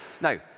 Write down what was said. Now